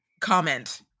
comment